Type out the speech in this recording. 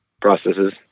processes